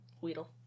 Weedle